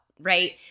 right